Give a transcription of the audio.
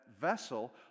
vessel